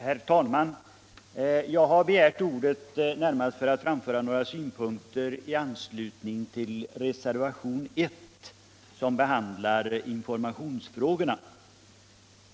Herr talman! Jag har begärt ordet för att framföra några synpunkter i anslutning till reservationen 1, som behandlar informationsfrågorna.